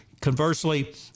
Conversely